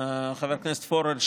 חבר הכנסת פורר,